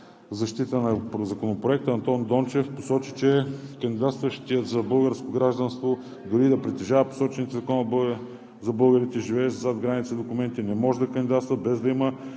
защита на Законопроекта Андон Дончев посочи, че кандидатстващият за българско гражданство, дори и да притежава посочените в Закона за българите, живеещи зад граница, документи, не може да кандидатства, без да има